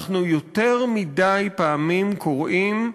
אנחנו יותר מדי פעמים קוראים,